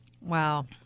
Wow